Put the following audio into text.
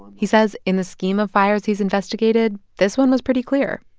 he says in the scheme of fires he's investigated, this one was pretty clear.